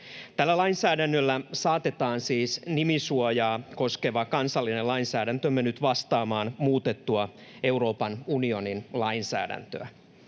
Tällä lainsäädännöllä saatetaan siis nimisuojaa koskeva kansallinen lainsäädäntömme nyt vastaamaan muutettua Euroopan unionin lainsäädäntöä.